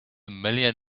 million